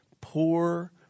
poor